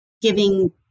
giving